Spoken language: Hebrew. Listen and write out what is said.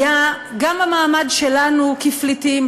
היה גם המעמד שלנו כפליטים,